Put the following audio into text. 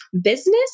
business